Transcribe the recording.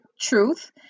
truth